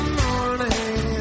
morning